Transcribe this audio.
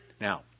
Now